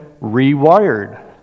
rewired